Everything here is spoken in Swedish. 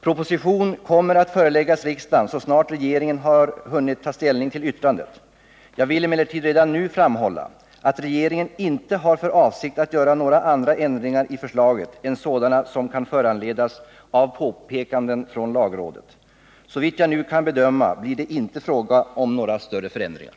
Proposition kommer att föreläggas riksdagen så snart regeringen har hunnit ta ställning till yttrandet. Jag vill emellertid redan nu framhålla att regeringen inte har för avsikt att göra några andra ändringar i förslaget än sådana som kan föranledas av påpekanden från lagrådet. Såvitt jag nu kan bedöma blir det inte fråga om några större förändringar.